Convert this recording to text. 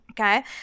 Okay